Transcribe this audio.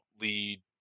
lead